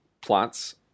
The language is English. plots